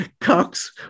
Cox